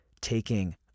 taking